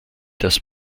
das